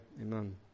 Amen